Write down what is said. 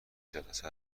جلسه